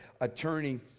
attorney